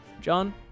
John